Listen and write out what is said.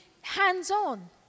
hands-on